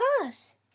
pass